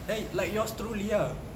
then like yours truly ah